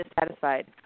dissatisfied